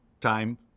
time